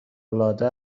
العاده